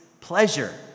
pleasure